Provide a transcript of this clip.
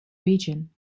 region